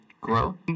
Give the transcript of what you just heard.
grow